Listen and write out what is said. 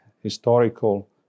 historical